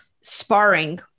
sparring